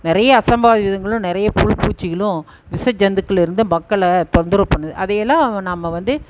நிறைய அசம்பாவிதங்களும் நிறைய புழு பூச்சிகளும் விஷ ஜந்துக்கள் இருந்து மக்களை தொந்தரவு பண்ணுது அதை எல்லாம் நம்ம வந்து